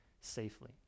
safely